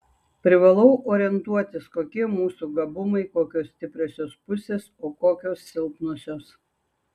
privalau orientuotis kokie mūsų gabumai kokios stipriosios pusės o kokios silpnosios